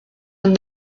and